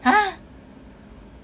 !huh!